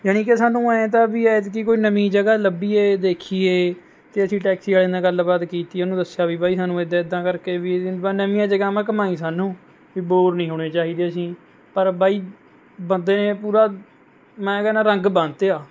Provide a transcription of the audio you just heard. ਜਾਣੀ ਕਿ ਸਾਨੂੰ ਐਂ ਤਾਂ ਵੀ ਐਤਕੀ ਕੋਈ ਨਵੀਂ ਜਗ੍ਹਾ ਲੱਭੀਏ ਦੇਖੀਏ ਅਤੇ ਅਸੀਂ ਟੈਕਸੀ ਵਾਲੇ ਨਾਲ ਗੱਲਬਾਤ ਕੀਤੀ ਉਹਨੂੰ ਦੱਸਿਆ ਵੀ ਬਾਈ ਸਾਨੂੰ ਇੱਦਾਂ ਇੱਦਾਂ ਕਰਕੇ ਵੀ ਨਵੀਆਂ ਜਗ੍ਹਾਵਾਂ ਘੁੰਮਾਈ ਸਾਨੂੰ ਵੀ ਬੋਰ ਨਹੀਂ ਹੋਣੇ ਚਾਹੀਦੇ ਅਸੀਂ ਪਰ ਬਾਈ ਬੰਦੇ ਨੇ ਪੂਰਾ ਮੈਂ ਕਹਿੰਦਾ ਰੰਗ ਬੰਨਤੇ ਆ